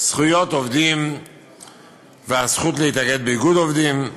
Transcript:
זכויות עובדים והזכות להתאגד באיגוד עובדים,